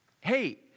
hey